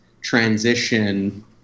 transition